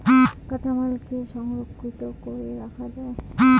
কাঁচামাল কি সংরক্ষিত করি রাখা যায়?